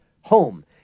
home